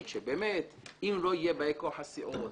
שבאמת אם לא יהיו באי כוח הסיעות,